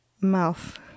mouth